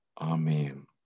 Amen